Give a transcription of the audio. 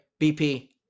BP